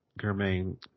Germain